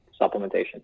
supplementation